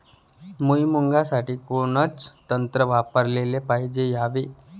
भुइमुगा साठी कोनचं तंत्र वापराले पायजे यावे?